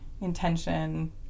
intention